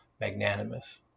magnanimous